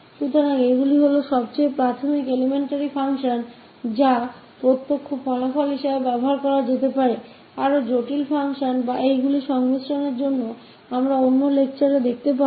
तो ये सबसे बुनियादी प्राथमिक कार्य हैं जिनका उपयोग कुछ और जटिल कार्यों या इनके संयोजनों को प्राप्त करने के लिए प्रत्यक्ष परिणाम के रूप में किया जा सकता है जिसे हम कुछ अन्य व्याख्यानों में देखेंगे